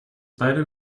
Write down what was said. beide